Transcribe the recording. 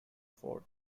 fort